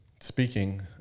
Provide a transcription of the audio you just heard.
Speaking